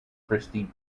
christie